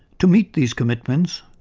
to meet these commitments,